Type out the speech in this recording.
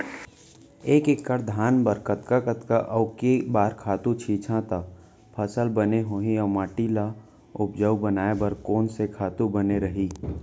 एक एक्कड़ धान बर कतका कतका अऊ के बार खातू छिंचे त फसल बने होही अऊ माटी ल उपजाऊ बनाए बर कोन से खातू बने रही?